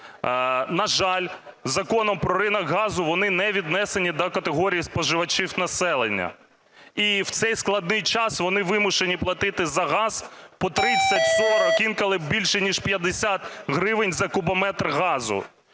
На жаль, Законом про ринок газу вони не віднесені до категорії споживачів населення. І в цей складний час вони вимушені платити за газ по 30-40, інколи більше ніж 50 гривень за кубометр газу.